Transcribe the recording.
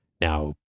now-